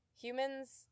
humans